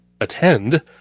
attend